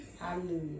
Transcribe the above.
Hallelujah